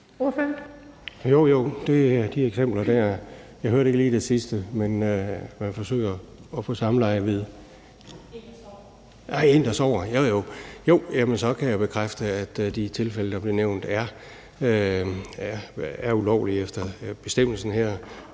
(V): Jo, jo, det er i de eksempler og også, hvis man forsøger at få samleje med en, der sover. Jo, så kan jeg bekræfte, at de tilfælde, der blev nævnt, efter bestemmelsen her